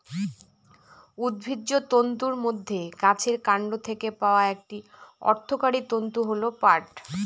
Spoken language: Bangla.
উদ্ভিজ্জ তন্তুর মধ্যে গাছের কান্ড থেকে পাওয়া একটি অর্থকরী তন্তু হল পাট